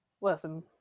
Listen